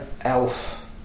Elf